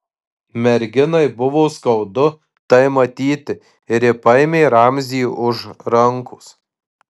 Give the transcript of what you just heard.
merginai buvo skaudu tai matyti ir ji paėmė ramzį už rankos